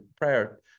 prior